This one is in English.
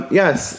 yes